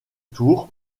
tour